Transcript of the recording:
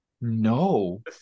no